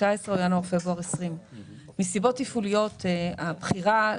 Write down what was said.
2019 וינואר-פברואר 2020. מסיבות תפעוליות הבחירה,